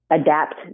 adapt